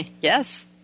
Yes